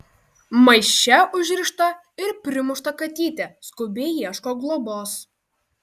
maiše užrišta ir primušta katytė skubiai ieško globos